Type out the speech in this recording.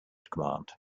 command